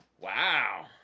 wow